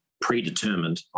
predetermined